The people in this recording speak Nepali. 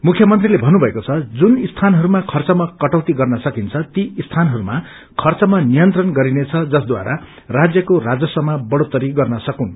मुख्यमंत्रीले भन्नुभएको छ जुन स्थानहरूमा खर्चमा कटौति गर्न सकिन्छ ती स्थानहरूमा खर्चमा नियन्त्रण गरिनेछ जसद्वारा राज्यको राजस्वमा बढ़ोत्तरी गर्न सकून्